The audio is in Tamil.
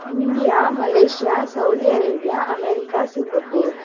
India Malaysia Saudi Arabia America Singapore